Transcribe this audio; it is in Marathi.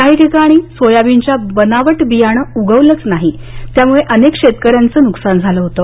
काही ठिकाणी सोयाबीनच्या बनावट बियाणं उगवलंच नाही त्यामुळेही अनेक शेतकऱ्यांचं नुकसान झालं होतं